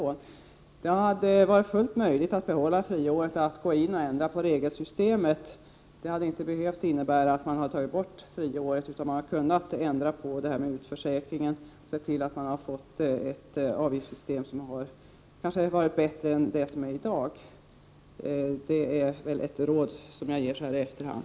Det hade varit fullt möjligt att behålla friåret och ändra på regelsystemet. Man kunde ha ändrat på detta med utförsäkringen och sett till att få ett avgiftssystem som kanske varit bättre än det vi har i dag. Det är ett råd som jag ger så här i efterhand.